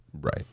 Right